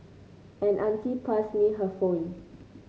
an auntie passed me her phone